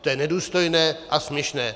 To je nedůstojné a směšné.